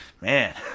man